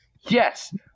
Yes